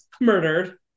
murdered